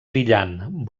brillant